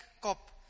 cop